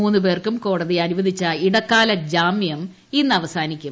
മൂന്ന് പേർക്കും കോടതി അനുവദിച്ച ഇടക്കാല ജാമ്യം ഇന്ന് അവസാനിക്കും